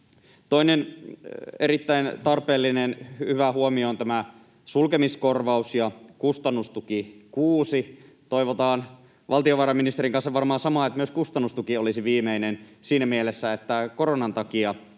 Toinen erittäin tarpeellinen, hyvä huomio on sulkemiskorvaus ja kustannustuki 6. Toivotaan valtiovarainministerin kanssa varmaan samaa, että myös kustannustuki olisi viimeinen siinä mielessä, että koronan takia